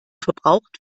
verbraucht